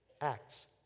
Acts